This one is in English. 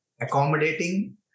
accommodating